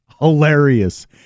hilarious